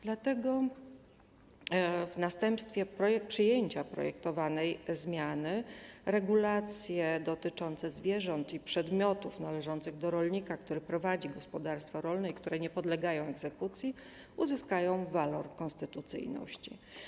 Dlatego w następstwie przyjęcia projektowanej zmiany regulacje dotyczące zwierząt i przedmiotów należących do rolnika prowadzącego gospodarstwo rolne, które nie podlegają egzekucji, uzyskają walor konstytucyjności.